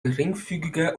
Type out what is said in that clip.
geringfügige